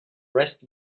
rest